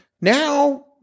Now